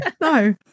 no